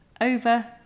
over